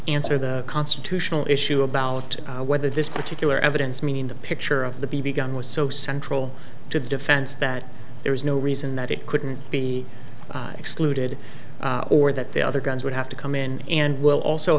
answer the constitutional issue about whether this particular evidence meaning the picture of the b b gun was so central to the defense that there is no reason that it couldn't be excluded or that the other guns would have to come in and will also